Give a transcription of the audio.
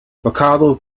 ricardo